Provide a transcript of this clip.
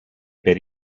per